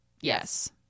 Yes